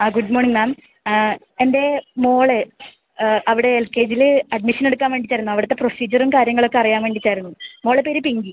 ആ good morning ma'am എൻ്റെ മകൾ അവിടെ എൽ കെ ജിയിൽ അഡ്മിഷനെടുക്കാൻ വേണ്ടിയിട്ടായിരുന്നു അവിടുത്തെ പ്രൊസീജിയറും കാര്യങ്ങളൊക്കെ അറിയാൻ വേണ്ടിയിട്ടായിരുന്നു മകളെ പേര് പിങ്കി